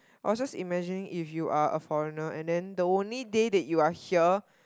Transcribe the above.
I was just imagining if you are a foreigner and then the only day that you are here